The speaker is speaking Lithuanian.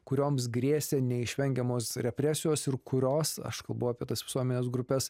kurioms grėsė neišvengiamos represijos ir kurios aš kalbu apie tas visuomenės grupes